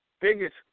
biggest